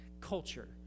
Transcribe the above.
culture